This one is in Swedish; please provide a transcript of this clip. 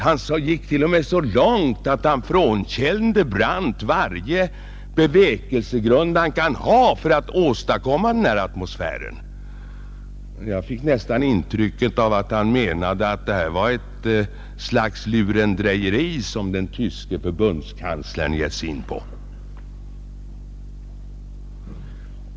Han gick t.o.m. så långt att han frånkände Brandt varje bevekelsegrund han kan säga sig ha för att åstadkomma en bättre atmosfär, Jag fick nästan intrycket att herr Måbrink menade att det är ett slags lurendrejeri som den västtyske förbundskanslern givit sig in på.